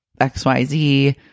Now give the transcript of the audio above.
XYZ